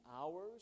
hours